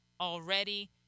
already